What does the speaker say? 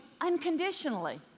unconditionally